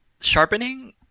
sharpening